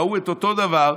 ראו את אותו דבר,